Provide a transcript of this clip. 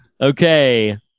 Okay